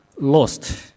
lost